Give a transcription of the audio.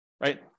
right